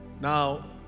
Now